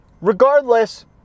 regardless